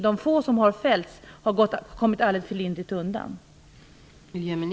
De få som har fällts har kommit alldeles för lindrigt undan.